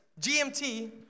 GMT